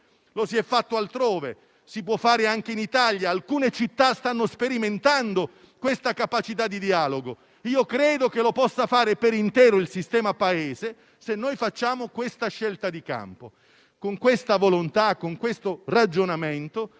Lo si è fatto altrove e lo si può fare anche in Italia. Alcune città stanno sperimentando questa capacità di dialogo e credo che lo possa fare per intero il sistema Paese, se facciamo questa scelta di campo. Con questa volontà e con questo ragionamento,